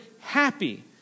happy